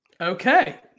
Okay